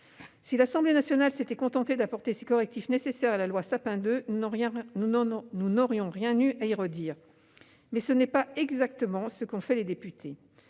Si l'Assemblée nationale s'était contentée d'apporter ces correctifs nécessaires à la loi Sapin II, nous n'aurions rien eu à y redire. Mais ce n'est pas exactement ce qu'ont fait les députés